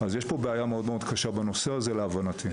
אז יש פה בעיה מאוד-מאוד קשה בנושא הזה, להבנתי.